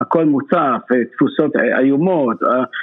הכל מוצף, תפוסות איומות